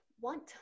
want